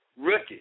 rookie